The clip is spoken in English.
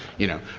you know,